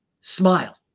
Smile